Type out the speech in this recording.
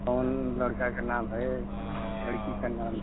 कौन लड़का का नाम है लड़की का नाम